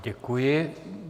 Děkuji.